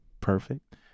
perfect